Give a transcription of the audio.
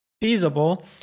feasible